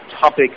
topic